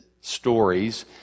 stories